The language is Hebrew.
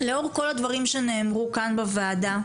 לאור כל הדברים שנאמרו כאן בוועדה,